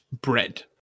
bread